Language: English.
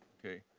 okay.